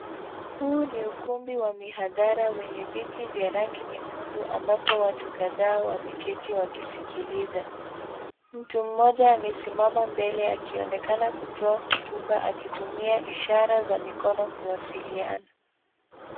Huu ni ukumbi wa mihadhara wenye viti vya rangi nyekundu ambapo watu kadhaa wameketi wakisikiliza. Mtu mmoja amesimama mbele akionekana kutoa hotuba akitumia ishara za mikono kuwasiliana.